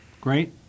great